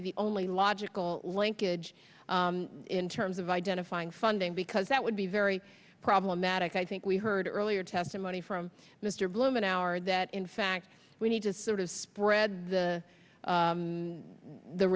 be the only logical linkage in terms of identifying funding because that would be very problematic i think we heard earlier testimony from mr bloom in our that in fact we need to sort of spread the